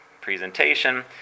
presentation